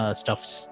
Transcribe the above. stuffs